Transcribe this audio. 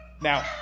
Now